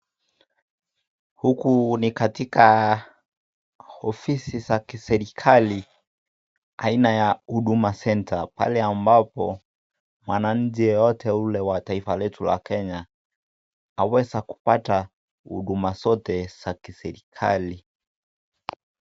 Huku ni katika ofisi za kiserikali aina ya Huduma Centre pale ambapo mwananchi yoyote ule wa taifa letu la Kenya aweza kupata huduma zote za kiserikali.